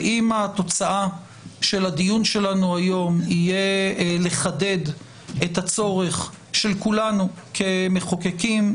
אם התוצאה של הדיון שלנו היום תהיה לחדד את הצורך של כולנו כמחוקקים,